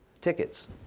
tickets